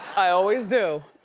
i always do.